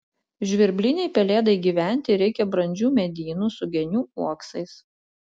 žvirblinei pelėdai gyventi reikia brandžių medynų su genių uoksais